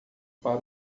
para